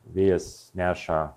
vėjas neša